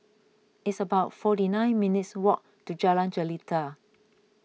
it's about forty nine minutes' walk to Jalan Jelita